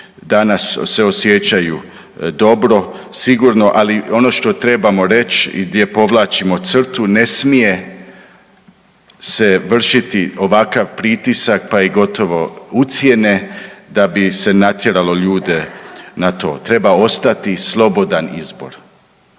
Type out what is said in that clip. danas osjećaju dobro i sigurno, ali ono što trebamo reć i gdje povlačimo crtu ne smije se vršiti ovakav pritisak, pa i gotovo ucjene da bi se natjeralo ljude na to. Treba ostati slobodan izbor,